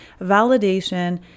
validation